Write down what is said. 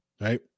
Right